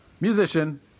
musician